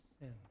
sin